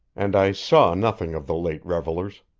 and i saw nothing of the late revelers.